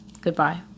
goodbye